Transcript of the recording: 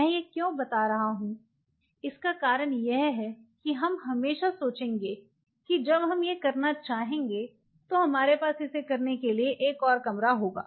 मैं यह क्यों बता रहा हूं इसका कारण यह है कि हम हमेशा सोचेंगे कि जब हम ये करना चाहेंगे तो हमारे पास इसे करने के लिए एक और कमरा होगा